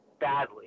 badly